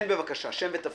כן, בבקשה, שם ותפקיד.